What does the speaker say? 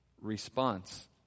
response